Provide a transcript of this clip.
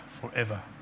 forever